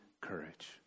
courage